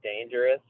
dangerous